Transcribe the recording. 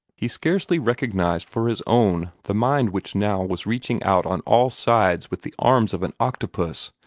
he scarcely recognized for his own the mind which now was reaching out on all sides with the arms of an octopus,